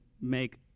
make